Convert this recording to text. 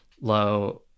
low